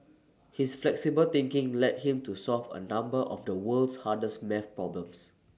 his flexible thinking led him to solve A number of the world's hardest math problems